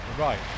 right